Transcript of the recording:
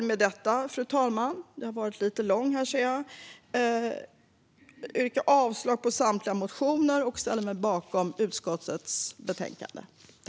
Med detta, fru talman, vill jag yrka avslag på samtliga motioner och bifall till utskottets förslag i betänkandet.